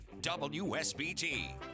WSBT